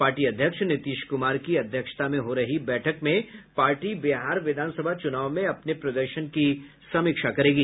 party अध्यक्ष नीतीश कुमार की अध्यक्षता मे हो रही बैठक में पार्टी बिहार विधानसभा चुनाव में अपने प्रदर्शन की समीक्षा करेगी